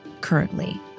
currently